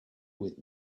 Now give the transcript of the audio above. with